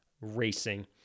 Racing